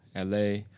LA